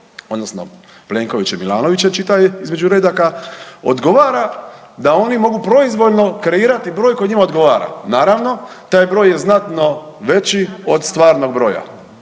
odnosno Plenkovićem i Milanovićem čitaj između redaka, odgovara da oni mogu proizvoljno kreirati broj koji njima odgovara. Naravno, taj broj je znatno veći od stvarnog broja.